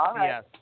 yes